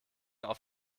auf